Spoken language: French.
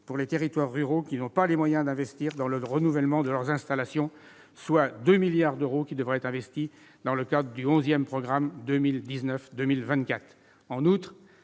aux territoires ruraux qui n'ont pas les moyens d'investir dans le renouvellement de leurs installations, soit 2 milliards d'euros qui devraient être investis dans le cadre du XI programme 2019-2024. En outre,